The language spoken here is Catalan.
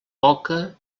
poca